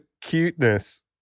cuteness